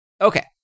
okay